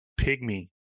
pygmy